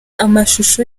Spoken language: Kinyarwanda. amashusho